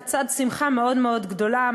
לצד שמחה מאוד מאוד גדולה,